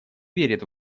верит